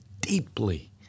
deeply